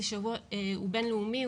הוא בינלאומי,